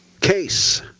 case